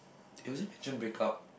or was it mention break up